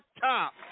top